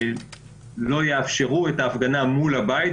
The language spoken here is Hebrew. לא יאפשרו את ההפגנה מול הבית,